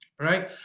right